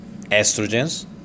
estrogens